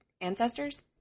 ancestors